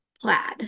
plaid